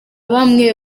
bamwe